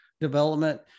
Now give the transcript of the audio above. development